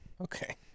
Okay